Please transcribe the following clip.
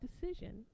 decision